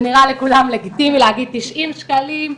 זה נראה לכולם לגיטימי להגיד תשעים שקלים.